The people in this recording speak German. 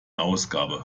ausgabe